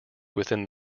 within